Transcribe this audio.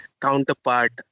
counterpart